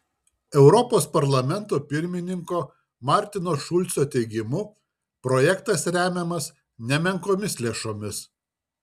europos parlamento pirmininko martino šulco teigimu projektas remiamas nemenkomis lėšomis